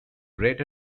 red